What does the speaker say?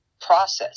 process